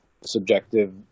subjective